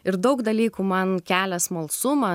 ir daug dalykų man kelia smalsumą